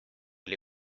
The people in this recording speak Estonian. oli